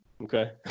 okay